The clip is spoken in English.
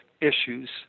issues